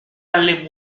aller